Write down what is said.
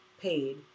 paid